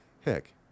Heck